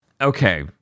Okay